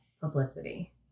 publicity